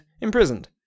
imprisoned